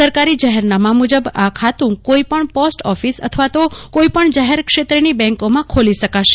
સરકારી જાહેરનામા મુજબ આ ખાતું કોઇપણ પોસ્ટ ઓફીસ અથવા તો કોઇપણ જાહેર ક્ષેત્રની બેન્કોમાં ખોલી શકાશે